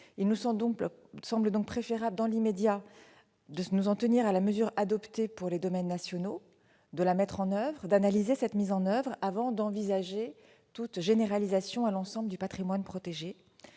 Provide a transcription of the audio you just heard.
Il nous semble donc préférable, dans l'immédiat, de nous en tenir à la mesure adoptée pour les domaines nationaux et d'en analyser la mise en oeuvre avant d'envisager toute généralisation à l'ensemble du patrimoine protégé.